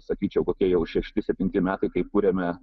sakyčiau kokie jau šešti septinti metai kai kūriame